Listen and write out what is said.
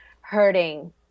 hurting